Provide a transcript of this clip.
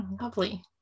lovely